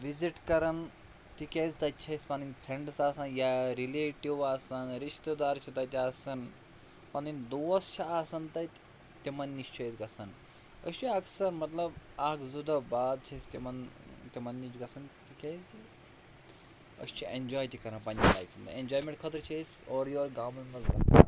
visit کَران تِکیٛازِ تَتہِ چھِ أسۍ پَنٕنۍ فرینٛڈٕس آسان یا رِلیٹِو آسان رِشتہٕ دار چھِ تَتہِ آسان پَنٕنۍ دوس چھِ آسان تَتہِ تِمن نِش چھِ أسۍ گژھان أسۍ چھِ اَکثر مطلب اَکھ زٕ دۄہ باد چھِ أسۍ تِمن تِمن نِش گژھان تِکیٛازِ أسۍ چھِ انجاے تہِ کَران پَننہِ لایفہِ اٮ۪نجایم۪نٹ خٲطرٕ چھِ أسۍ اورٕ یور گامامَن منٛز گژھان